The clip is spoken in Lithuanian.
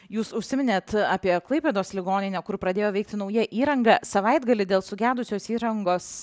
jūs užsiminėt apie klaipėdos ligoninę kur pradėjo veikti nauja įranga savaitgalį dėl sugedusios įrangos